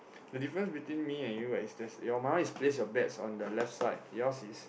the difference between me and you right is that your mind is place your bet on the left side your's is